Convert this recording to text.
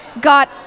got